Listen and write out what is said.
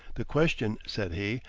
the question, said he,